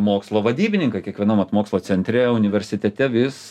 mokslo vadybininkai kiekvienam vat mokslo centre universitete vis